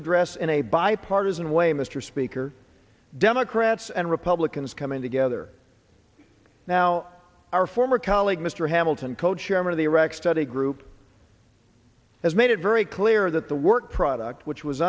address in a bipartisan way mr speaker democrats and republicans coming together now our former colleague mr hamilton cochairman of the iraq study group has made it very clear that the work product which was